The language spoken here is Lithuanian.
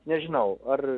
nežinau ar